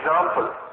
example